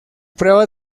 pruebas